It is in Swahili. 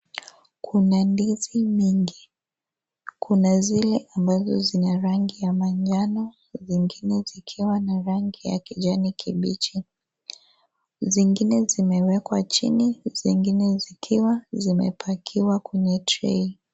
Kuna ndizi mingi. Kuna zile ambazo zina rangi ya manjano, zingine zikiwa na rangi ya kijani kibichi. Zingine zimewekwa chini, zingine zikiwa zimepakiwa kwenye trai.